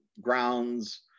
grounds